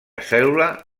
cèl·lula